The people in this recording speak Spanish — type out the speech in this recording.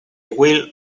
will